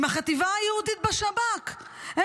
בשב"כ.